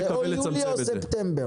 או ליו או ספטמבר.